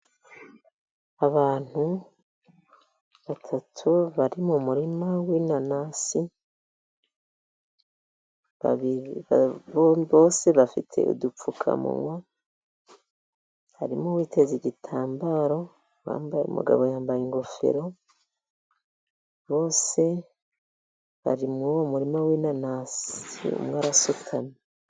Abantu batatu bari mu murima w’inanasi, bose bafite udupfukamunwa, harimo uwiteze igitambaro, undi mugabo yambaye ingofero. Bose bari muri uwo murima w’inanasi, umwe arasutamye.